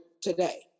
today